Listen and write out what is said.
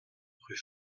rue